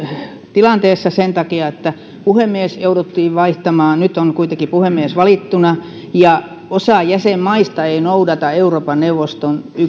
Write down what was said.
tilanteessa sen takia että puhemies jouduttiin vaihtamaan nyt on kuitenkin puhemies valittuna osa jäsenmaista ei noudata euroopan neuvoston